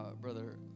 Brother